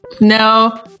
No